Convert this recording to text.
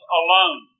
alone